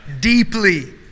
deeply